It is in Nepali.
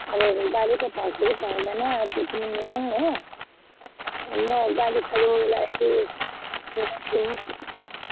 अब गाडी पो पाउँछ कि पाउँदैन त्यो तिमी मिलाऊ हो म गाडी साडी मिलाइओरि म गर्छु नि